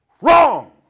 wrong